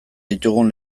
ditugun